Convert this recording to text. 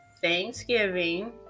Thanksgiving